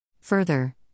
Further